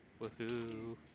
woohoo